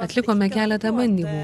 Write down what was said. atlikome keletą bandymų